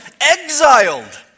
exiled